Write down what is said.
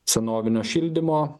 senovinio šildymo